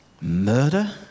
murder